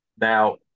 Now